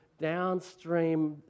downstream